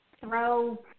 throw